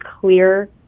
clear